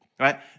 right